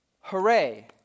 Hooray